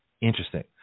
interesting